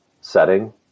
setting